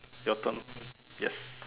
your turn yes